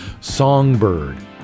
Songbird